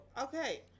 okay